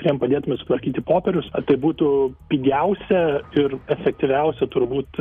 jam padėtumėt sutvarkyti popierius ar tai būtų pigiausia ir efektyviausia turbūt